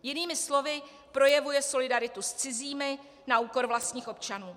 Jinými slovy projevuje solidaritu s cizími na úkor vlastních občanů.